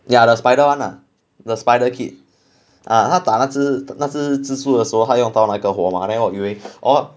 ya the spider one lah the spider kid 啊他打那只那只蜘蛛的时候他用到那个火吗 then 我以为 orh